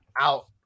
out